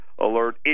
alert